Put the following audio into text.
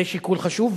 זה שיקול חשוב.